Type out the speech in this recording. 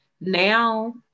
now